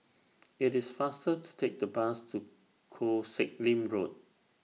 IT IS faster to Take The Bus to Koh Sek Lim Road